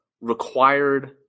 required